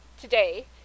today